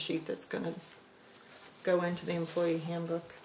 sheet that's going to go into the employee handbook